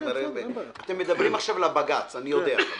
עכשיו לבג"ץ, אני יודע.